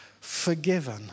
forgiven